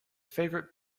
favorite